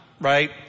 right